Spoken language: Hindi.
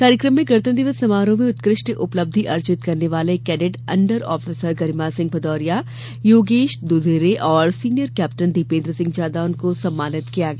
कार्यक्रम में गणतंत्र दिवस समारोह में उत्कृष्ट उपलब्धि अर्जित करने वाले cadet under officer Garima Singh Bhadauria Yogesh Dadhore और सीनियर केप्टन दीपेंद्र सिंह जादौन को सम्मानित किया गया